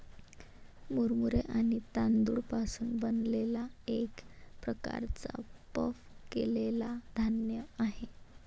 मुरमुरे हा तांदूळ पासून बनलेला एक प्रकारचा पफ केलेला धान्य आहे